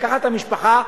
לקחת המשפחה,